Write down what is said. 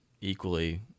equally